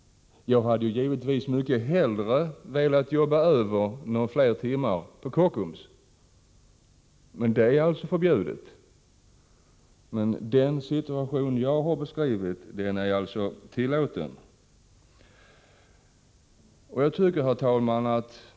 Jag hade givetvis mycket hellre velat jobba över några fler timmar på Kockums, men det var alltså förbjudet, medan den situation som jag här beskrivit är tillåten. Herr talman!